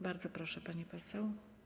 Bardzo proszę, pani poseł.